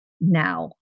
now